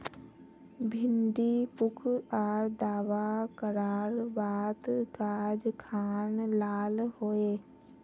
भिन्डी पुक आर दावा करार बात गाज खान लाल होए?